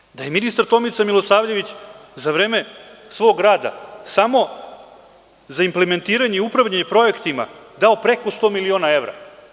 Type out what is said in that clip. Ja ću vam reći, da je ministar Tomica Milosavljević, za vreme svog rada samo za implementiranje i upravljanje projektima dao preko 100 miliona evra.